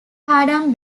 padang